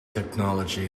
technology